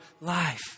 life